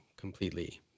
completely